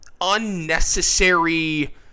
unnecessary